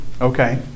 Okay